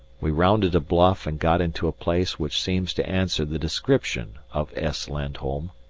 we rounded a bluff and got into a place which seems to answer the description of s. landholm.